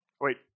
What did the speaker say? wait